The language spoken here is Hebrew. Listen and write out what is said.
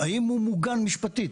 האם הוא מוגן משפטית?